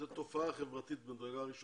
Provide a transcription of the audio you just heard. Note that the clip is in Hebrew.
זאת תופעה חברתית ממדרגה ראשונה.